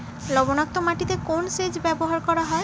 লবণাক্ত মাটিতে কোন সেচ ব্যবহার করা হয়?